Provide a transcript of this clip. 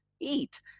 eat